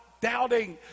doubting